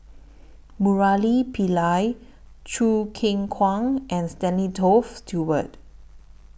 Murali Pillai Choo Keng Kwang and Stanley Toft Stewart